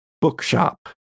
Bookshop